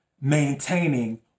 maintaining